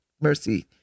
mercy